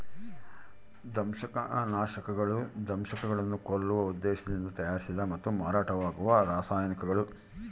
ದಂಶಕನಾಶಕಗಳು ದಂಶಕಗಳನ್ನು ಕೊಲ್ಲುವ ಉದ್ದೇಶದಿಂದ ತಯಾರಿಸಿದ ಮತ್ತು ಮಾರಾಟವಾಗುವ ರಾಸಾಯನಿಕಗಳು